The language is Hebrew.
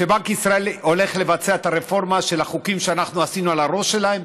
שבנק ישראל הולך לבצע את הרפורמה של החוקים שאנחנו עשינו מעל הראש שלהם?